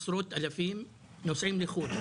עשרות אלפים, נוסעים לחו"ל.